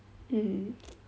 mm